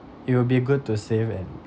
it will be good to save and